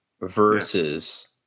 versus